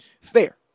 fair